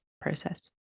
process